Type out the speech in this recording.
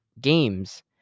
games